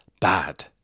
bad